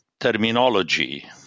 terminology